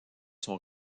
son